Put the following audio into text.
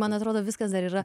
man atrodo viskas dar yra